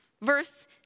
Verse